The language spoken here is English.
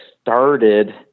started